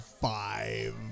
Five